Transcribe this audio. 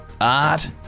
art